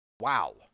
Wow